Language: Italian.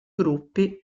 gruppi